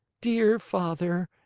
dear father!